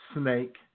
Snake